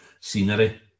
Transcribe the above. scenery